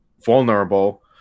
vulnerable